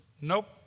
nope